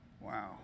Wow